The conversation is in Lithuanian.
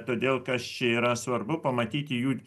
todėl kas čia yra svarbu pamatyti jų